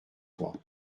trois